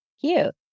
Cute